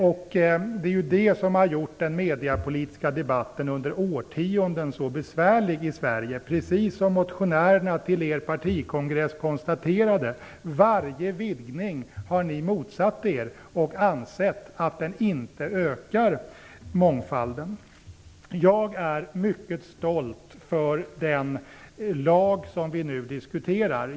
Det är det som under årtionden har gjort den mediapolitiska debatten så besvärlig i Sverige, precis som motionärerna till er partikongress konstaterade. Ni har motsatt er varje vidgning och ansett att den inte ökar mångfalden. Jag är mycket stolt över den lag vi nu diskuterar.